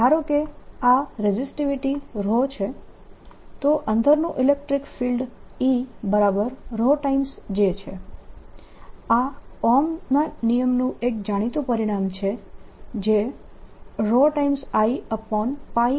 ધારો કે આ રેઝીસ્ટીવીટી છે તો અંદરનું ઇલેક્ટ્રીક ફિલ્ડ Eρ J છે આ ઓહ્મના નિયમ નું એક જાણીતું પરિણામ છે જે ρ I a2 ના બરાબર છે આ ઇલેક્ટ્રીક ફિલ્ડ છે